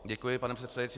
Děkuji, pane předsedající.